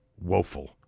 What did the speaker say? woeful